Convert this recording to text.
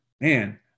man